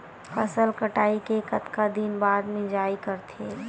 फसल कटाई के कतका दिन बाद मिजाई करथे?